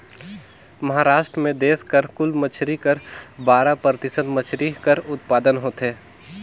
महारास्ट में देस कर कुल मछरी कर बारा परतिसत मछरी कर उत्पादन होथे